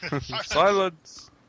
Silence